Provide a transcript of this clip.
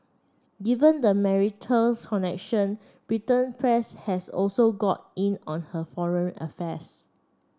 given the marital connection Britain press has also got in on her foreign affairs